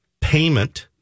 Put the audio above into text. payment